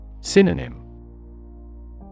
Synonym